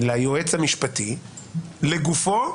ליועץ המשפטי, לגופו,